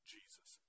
Jesus